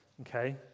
okay